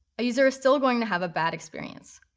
a user is still going to have a bad experience.